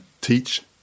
teach